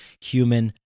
human